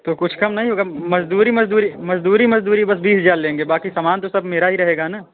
तो कुछ कम नहीं होगा मज़दूरी मज़दूरी मज़दूरी मज़दूरी बस बीस हज़ार लेंगे बाकी सामान तो सब मेरा ही रहेगा ना